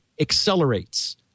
accelerates